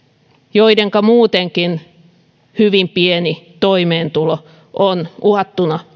joidenka muutenkin hyvin pieni toimeentulo on uhattuna